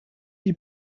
die